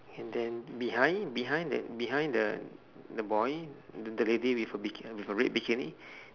and then behind behind the behind the the boy t~ the lady with the biki~ with a red bikini